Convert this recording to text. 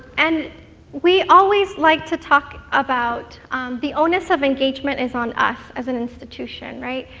and we always like to talk about the onus of engagement is on us, as an institution, right?